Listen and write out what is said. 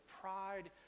pride